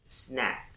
snack，